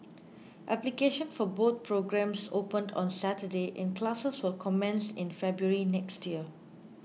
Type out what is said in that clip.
application for both programmes opened on Saturday and classes will commence in February next year